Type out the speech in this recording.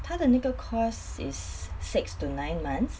他的那个 course is six to nine months